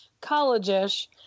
college-ish